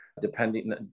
depending